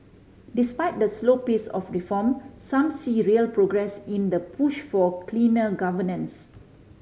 despite the slow pace of reform some see real progress in the push for cleaner governance